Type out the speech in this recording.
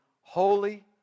holy